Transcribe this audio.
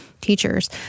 teachers